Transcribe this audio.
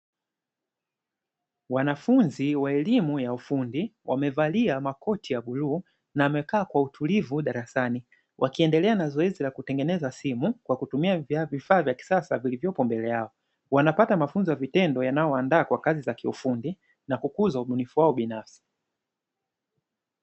Wanafunzi wa elimu ya ufundi wamevalia makoti ya bluu, na wamekaa Kwa utulivu darasani, wakiendelea na zoezi la kutengeneza simu kwa kutumia vifaa vya kisasa vilivyopo mbele yao. Wanapata mafunzo ya vitendo yanayowaandaa kwa Kazi na kukuza ujuzi wap binafsi.